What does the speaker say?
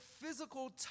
physical